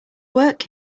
work